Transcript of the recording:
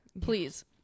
Please